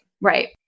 right